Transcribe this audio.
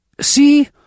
See